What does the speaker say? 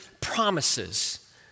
promises